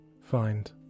find